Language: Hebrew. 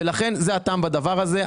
זה הטעם בדבר הזה.